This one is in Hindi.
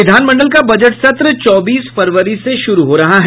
विधानमंडल का बजट सत्र चौबीस फरवरी से शुरू हो रहा है